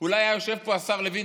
אולי אם היה יושב פה השר לוין,